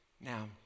Now